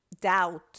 doubt